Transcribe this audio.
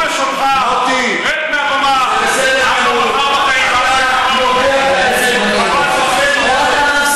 מוטי, הפוסט-ציונים היחידים בבית הזה הם הימין